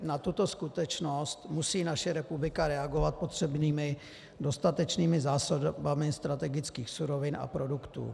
Na tuto skutečnost musí naše republika reagovat dostatečnými zásobami strategických surovin a produktů.